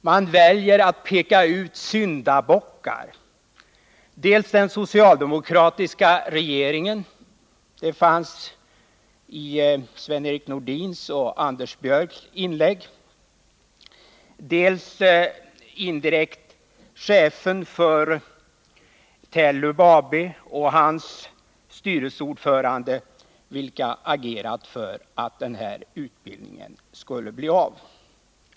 Man väljer att peka ut syndabockar, nämligen dels den socialdemokratiska regeringen — vilket var fallet i Sven-Erik Nordins och Anders Björcks inlägg —, dels indirekt chefen för Telub AB och styrelseordföranden i detta företag, vilka agerat för att den aktuella utbildningen skulle startas.